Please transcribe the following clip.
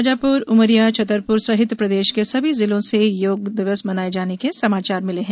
शाजापुर उमरिया छतरपुर सहित प्रदेश के सभी जिलों से योग दिवस मनाये जाने के समाचार मिले हैं